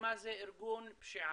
מה זה ארגון פשיעה.